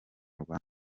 rwanda